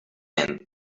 men